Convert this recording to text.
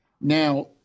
Now